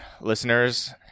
listeners